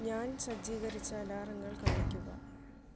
ഞാൻ സജ്ജീകരിച്ച അലാറങ്ങൾ കാണിക്കുക